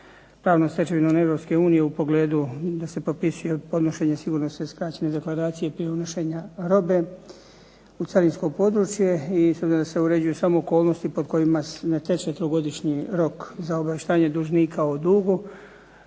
pravnom stečevinom Europske unije u pogledu da se propisuje podnošenje sigurnosne skraćene deklaracije prije unošenja robe u carinsko područje i s obzirom da se uređuje samo okolnosti pod kojima ne teče trogodišnji rok za obavještavanje dužnika o dugu,